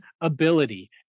ability